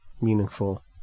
meaningful